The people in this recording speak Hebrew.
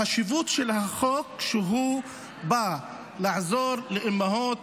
חשיבות החוק היא שהוא בא לעזור לאימהות